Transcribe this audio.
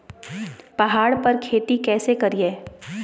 पहाड़ पर खेती कैसे करीये?